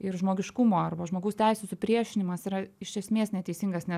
ir žmogiškumo arba žmogaus teisių supriešinimas yra iš esmės neteisingas nes